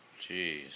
Jeez